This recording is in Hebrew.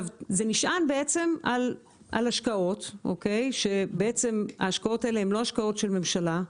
זה בעצם נשען על השקעות כאשר ההשקעות האלה הן לא השקעות הממשלה.